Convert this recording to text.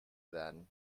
then